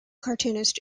cartoonist